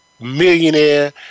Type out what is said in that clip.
millionaire